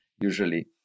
usually